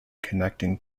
connecting